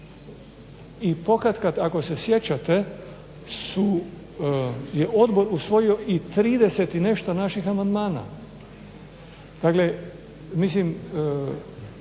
i pokatkad ako se sjećate su, je odbor usvojio i 30 i nešto naših amandmana. Dakle, mislim